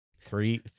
three